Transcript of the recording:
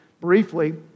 briefly